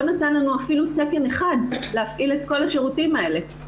נתן לנו אפילו תקן אחד להפעיל את כל השירותים האלה.